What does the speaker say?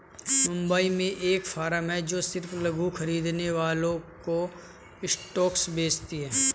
मुंबई में एक फार्म है जो सिर्फ लघु खरीदने वालों को स्टॉक्स बेचती है